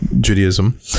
judaism